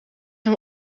hem